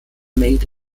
made